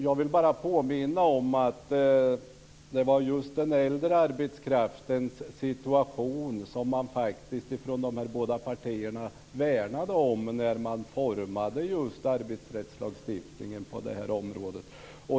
Jag vill bara påminna om att det var just den äldre arbetskraftens situation som man från de här båda partierna faktiskt värnade om när man utformade arbetsrättslagstiftningen på det här området.